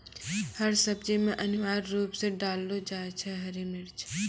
हर सब्जी मॅ अनिवार्य रूप सॅ डाललो जाय छै हरी मिर्च